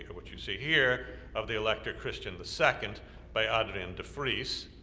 which you see here, of the elector christian the second by adrian de vries,